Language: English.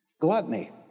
Gluttony